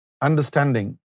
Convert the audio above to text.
understanding